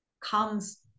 comes